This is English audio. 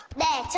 than